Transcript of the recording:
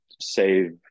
save